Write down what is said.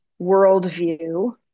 worldview